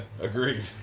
Agreed